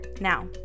Now